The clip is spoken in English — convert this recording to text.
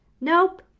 Nope